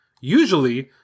Usually